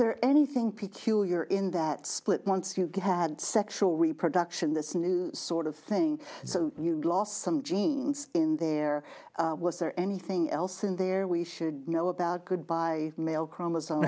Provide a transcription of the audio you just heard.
there anything peculiar in that split once you had sexual reproduction this sort of thing so you lost some genes in there was there anything else in there we should know about good by male chromosome